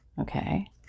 Okay